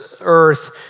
earth